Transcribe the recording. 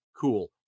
cool